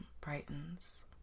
brightens